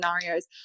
scenarios